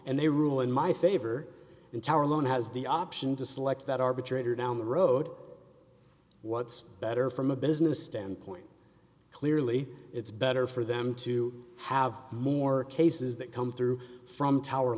and they rule in my favor in tower alone has the option to select that arbitrator down the road what's better from a business standpoint clearly it's better for them to have more cases that come through from tower